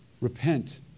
Repent